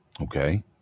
okay